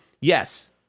Yes